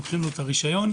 לוקחים לו את הרישיון,